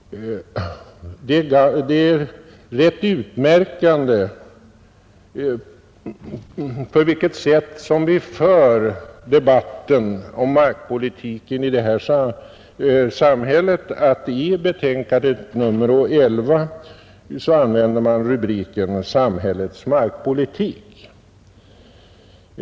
Det är ganska utmärkande för det sätt på vilket vi för debatten om markpolitiken i detta samhälle att man i rubriken till betänkandet nr 11 använder orden ”samhällets markpolitik”.